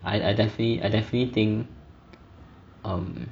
I I definitely I definitely think um